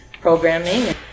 programming